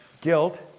guilt